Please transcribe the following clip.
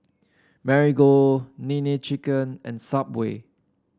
Marigold Nene Chicken and Subway